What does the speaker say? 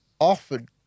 often